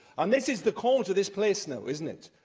and this is the call to this place now, isn't it?